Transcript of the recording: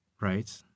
Right